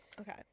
okay